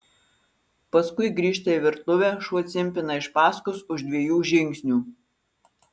paskui grįžta į virtuvę šuo cimpina iš paskos už dviejų žingsnių